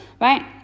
right